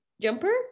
Jumper